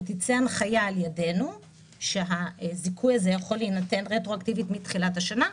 תצא הנחיה על ידנו שהזיכוי הזה יכול להינתן רטרואקטיבית מתחילת השנה.